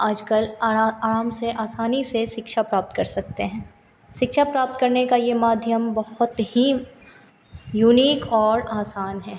आज कल अरा अराम से आसानी से शिक्षा प्राप्त कर सकते हैं शिक्षा प्राप्त करने का यह माध्यम बहुत ही युनीक औडर आसान है